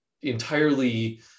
entirely